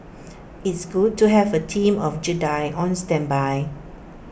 it's good to have A team of Jedi on standby